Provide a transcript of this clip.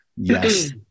Yes